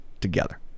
together